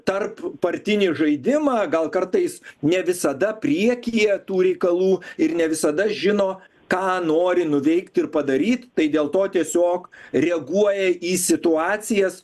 tarp partinį žaidimą gal kartais ne visada priekyje tų reikalų ir ne visada žino ką nori nuveikt ir padaryt tai dėl to tiesiog reaguoja į situacijas